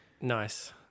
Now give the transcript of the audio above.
Nice